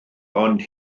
ond